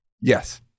Yes